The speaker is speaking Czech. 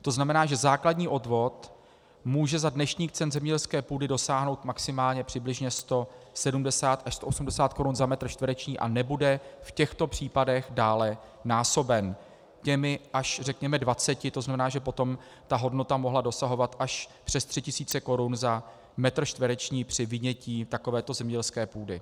To znamená, že základní odvod může za dnešních cen zemědělské půdy dosáhnout maximálně přibližně 170 až 180 korun za metr čtvereční a nebude v těchto případech dále násoben řekněme těmi dvaceti, to znamená, že potom by hodnota mohla dosahovat až přes 3 tisíce korun za metr čtvereční při vynětí takovéto zemědělské půdy.